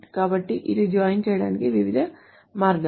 కాబట్టి ఇవి జాయిన్ చేయడానికి వివిధ మార్గాలు